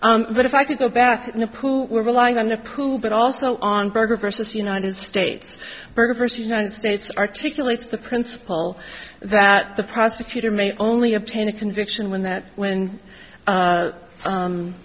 e but if i could go back in a pool we're relying on a pool but also on berger versus united states but first united states articulates the principle that the prosecutor may only obtain a conviction when that when